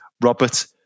Robert